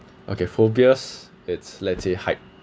okay phobias it's let's say height